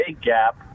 gap